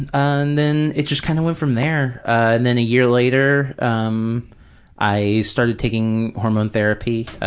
and and then it just kind of went from there. and then a year later, um i started taking hormone therapy,